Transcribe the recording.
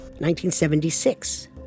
1976